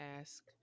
ask